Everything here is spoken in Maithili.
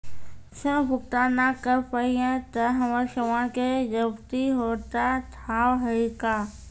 ऋण भुगतान ना करऽ पहिए तह हमर समान के जब्ती होता हाव हई का?